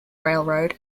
railroad